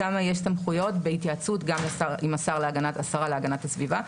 שם יש סמכויות בהתייעצות גם עם השרה להגנת הסביבה.